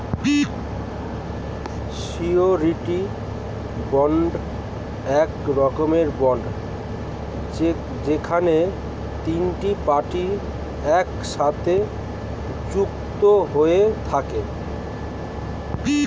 surety bond এক রকমের bond যেখানে তিনটে পার্টি একসাথে যুক্ত হয়ে থাকে